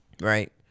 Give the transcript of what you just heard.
right